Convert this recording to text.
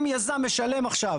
אם יזם משלם עכשיו,